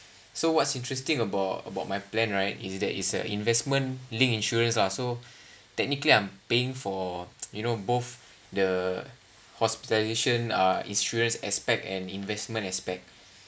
so what's interesting about about my plan right is that is a investment linked insurance ah so technically I'm paying for you know both the hospitalisation uh insurance expect and investment aspect